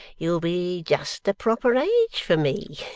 you'll be just the proper age for me.